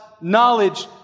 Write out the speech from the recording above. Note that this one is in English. knowledge